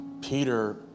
Peter